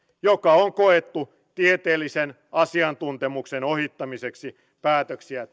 mikä on koettu tieteellisen asiantuntemuksen ohittamiseksi päätöksiä